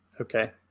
Okay